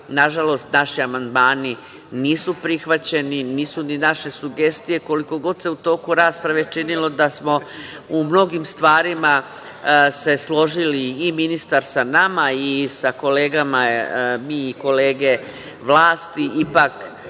nažalost, naši amandmani nisu prihvaćeni, nisu ni naše sugestije, koliko god se u toku rasprave činilo da smo u mnogim stvarima se složili i ministar sa nama i sa kolegama, mi i kolege vlasti. Ipak,